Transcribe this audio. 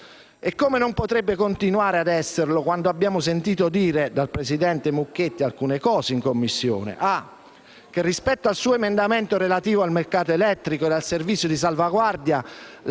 E come non potrebbe continuare ad esserlo, quando abbiamo sentito dire, dal presidente Mucchetti, in Commissione, che rispetto al suo emendamento relativo al mercato elettrico ed al servizio di salvaguardia